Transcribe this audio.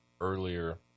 earlier